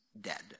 dead